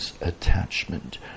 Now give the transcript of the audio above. attachment